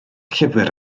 llyfr